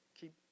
keep